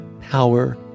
power